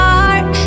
heart